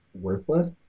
Worthless